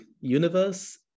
universe